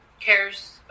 cares